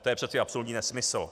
To je přeci absolutní nesmysl.